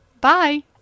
Bye